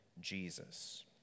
Jesus